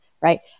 right